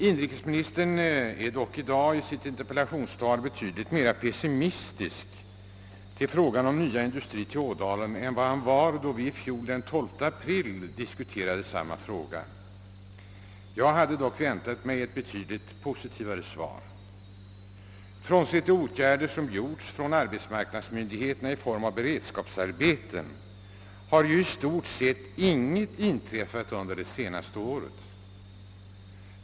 Inrikesministern är dock i dag betydligt mer pessimistisk beträffande frågan om nya industrier till Ådalen än han var då vi den 12 april i fjol diskuterade samma fråga. Jag hade väntat mig ett betydligt positivare svar. Frånsett de åtgärder, som vidtagits av arbetsmarknadsmyndigheterna i form av beredskapsarbeten, har i stort sett ingenting inträffat under det senaste året.